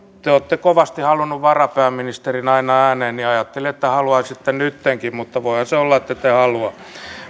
te te olette kovasti halunneet varapääministerin aina ääneen ja ajattelin että haluaisitte nyttenkin mutta voihan se olla ettette te halua